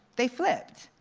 they flipped,